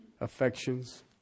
affections